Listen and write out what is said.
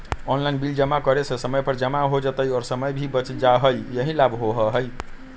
Online bill जमा करे से समय पर जमा हो जतई और समय भी बच जाहई यही लाभ होहई?